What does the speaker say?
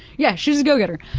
yeah, she was a go-getter.